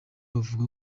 avuga